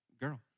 girl